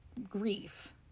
grief